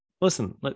Listen